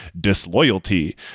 disloyalty